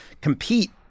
compete